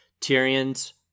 Tyrion's